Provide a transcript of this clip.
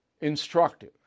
instructive